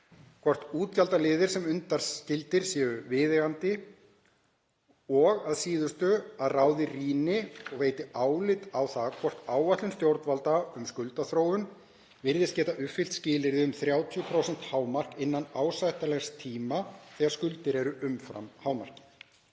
hvort útgjaldaliðir sem undanskildir eru séu viðeigandi, og að síðustu að ráðið rýni og veiti álit á því hvort áætlun stjórnvalda um skuldaþróun virðist geta uppfyllt skilyrði um 30% hámark innan ásættanlegs tíma þegar skuldir eru umfram hámarkið.